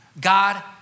God